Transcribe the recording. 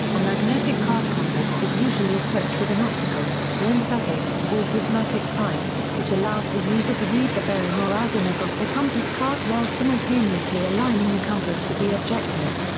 a magnetic card compass is usually equipped with an optical, lensatic, or prismatic sight, which allows the user to read the bearing or azimuth off the compass card while simultaneously aligning the compass with the objective.